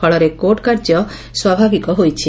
ଫଳରେ କୋର୍ଟ କାର୍ଯ୍ୟ ସ୍ୱାଭାବିକ ହୋଇଛି